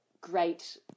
great